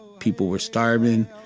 people were starving.